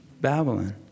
Babylon